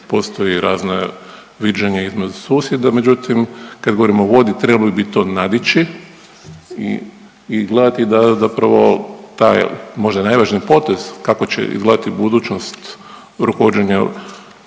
postoji razne viđenje između susjeda, međutim kad govorimo o vodi trebali bi to nadići i, i gledati da zapravo taj najvažniji potez kako će izgledati budućnost rukovođenja